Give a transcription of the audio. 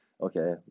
okay